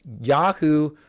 Yahoo